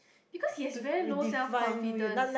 because he has very low self confidence